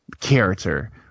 character